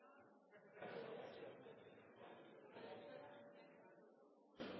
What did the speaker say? jeg med at